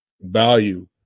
value